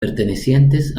pertenecientes